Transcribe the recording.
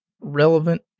relevant